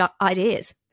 ideas